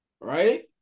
right